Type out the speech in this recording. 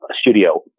studio